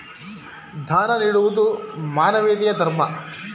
ದಾನ ನೀಡುವುದು ಮಾನವೀಯತೆಯ ಧರ್ಮ